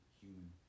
human